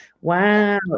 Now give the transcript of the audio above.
Wow